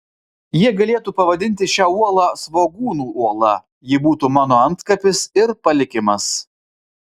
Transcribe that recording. jie galėtų pavadinti šią uolą svogūnų uola ji būtų mano antkapis ir palikimas